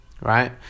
right